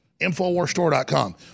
InfoWarsStore.com